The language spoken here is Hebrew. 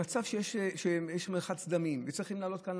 במצב שיש מרחץ דמים וצריכים לעלות לכאן,